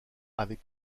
avec